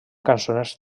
cançoners